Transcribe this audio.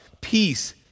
Peace